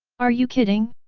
are you kidding?